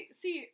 see